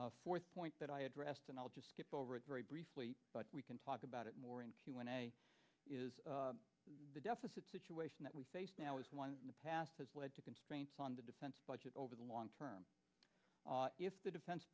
fourth point that i addressed and i'll just skip over it very briefly but we can talk about it more in the deficit situation that we face now is one in the past has led to constraints on the defense budget over the long term if the defense